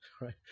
Right